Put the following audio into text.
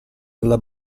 alla